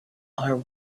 are